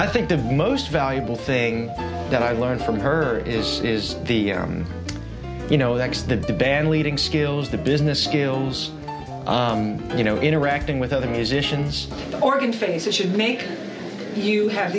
i think the most valuable thing that i learned from her is is the you know that's the band leading skills the business skills you know interacting with other musicians the organ faces should make you have